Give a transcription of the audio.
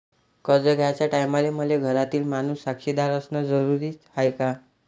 कर्ज घ्याचे टायमाले मले घरातील माणूस साक्षीदार असणे जरुरी हाय का?